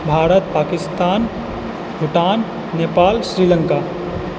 Bharat Pakistan Bhutan Nepal Sri Lanka